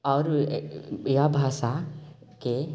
आओर यह भाषाके